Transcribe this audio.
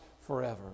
forever